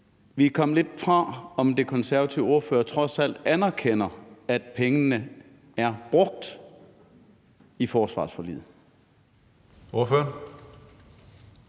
Vi er kommet lidt bort fra, om den konservative ordfører trods alt anerkender, at pengene er brugt i forsvarsforliget. Kl.